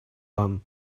ван